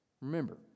Remember